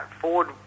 Ford